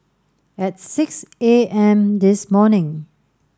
at six A M this morning